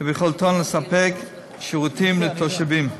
וביכולתן לתת שירותים לתושבים.